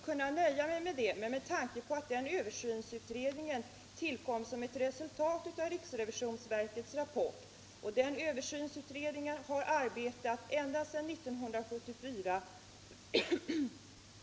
Herr talman! Översynsutredningen tillkom som ett resultat av riksrevisionsverkets rapport och har arbetat ända sedan 1974.